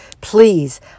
please